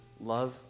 love